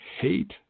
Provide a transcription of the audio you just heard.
hate